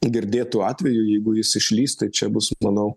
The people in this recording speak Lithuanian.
girdėtu atveju jeigu jis išlįs tai čia bus manau